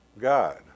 God